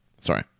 Sorry